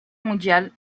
mondiale